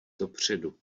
dopředu